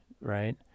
right